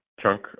chunk